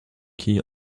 key